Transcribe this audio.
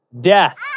death